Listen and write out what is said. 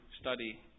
study